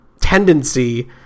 tendency